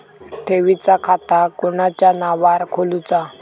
ठेवीचा खाता कोणाच्या नावार खोलूचा?